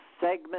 segment